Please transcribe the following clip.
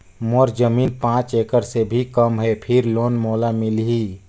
मोर जमीन पांच एकड़ से भी कम है फिर लोन मोला मिलही?